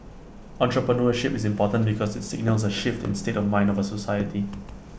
entrepreneurship is important because IT signals A shift in state of mind of A society